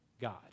God